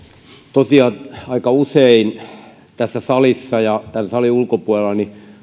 tosiaan aika usein tässä salissa ja tämän salin ulkopuolella